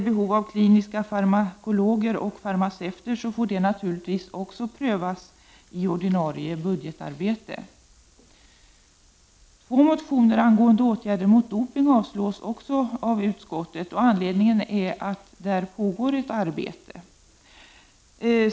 Behovet av kliniska farmakologer och farmaceuter får naturligtvis också prövas i det ordinarie budgetarbetet. Två motioner angående åtgärder mot doping avstyrks även av utskottet. Anledningen är att det pågår ett arbete på det området.